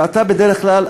ובדרך כלל,